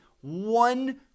One